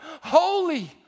holy